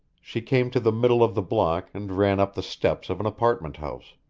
she came to the middle of the block and ran up the steps of an apartment house.